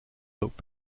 look